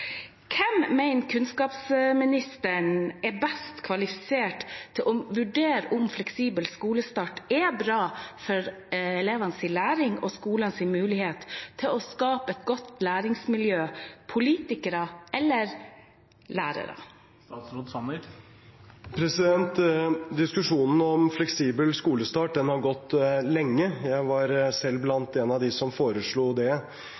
Hvem mener kunnskapsministeren er best kvalifisert til å vurdere om fleksibel skolestart er bra for elevenes læring og skolenes mulighet til å skape et godt læringsmiljø – politikere eller lærere? Diskusjonen om fleksibel skolestart har gått lenge. Jeg var selv en av dem som foreslo det